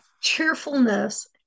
cheerfulness